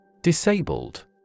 Disabled